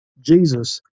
Jesus